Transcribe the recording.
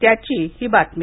त्याची ही बातमी